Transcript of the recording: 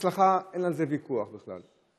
הצלחה, אין על זה ויכוח בכלל.